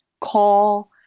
call